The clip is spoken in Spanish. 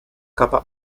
capa